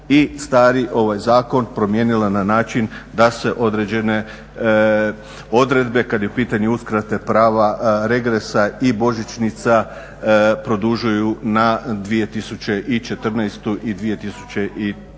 i stari zakon promijenila na način da se određene odredbe kada je u pitanju uskrate prava regresa i božićnica produžuju na 2014. i 2013.